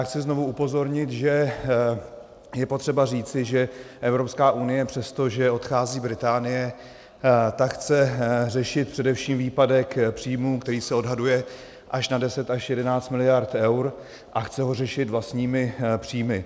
Chci znovu upozornit, že je potřeba říci, že Evropská unie přesto, že odchází Británie, chce řešit především výpadek příjmů, který se odhaduje až na 1011 mld. eur, a chce ho řešit vlastními příjmy.